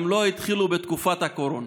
הם לא התחילו בתקופת הקורונה.